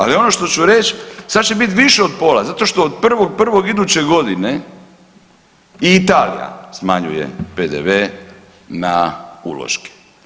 Ali ono što ću reći sad će biti više od pola zato što od 1.1. iduće godine i Italija smanjuje PDV na uloške.